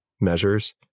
measures